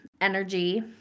energy